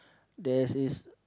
there's this